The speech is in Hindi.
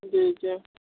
जी जी